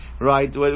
Right